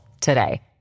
today